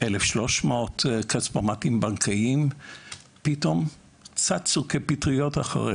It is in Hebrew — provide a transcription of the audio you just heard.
כ-1,300 כספומטים בנקאיים פתאום צצו כפטריות אחרי